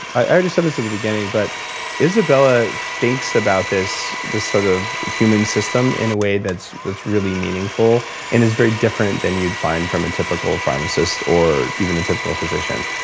i already said this at the beginning but izabella thinks about this this sort of human system in a way that's that's really meaningful and is very different than you'd find from a typical pharmacist, or even a typical physician.